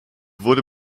wurde